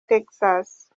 texas